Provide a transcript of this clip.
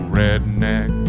redneck